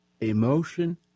emotion